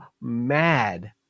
mad